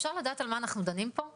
אפשר לדעת על מה אנחנו דנים פה בוועדה?